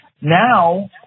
Now